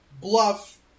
Bluff